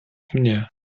mnie